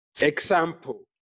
example